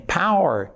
power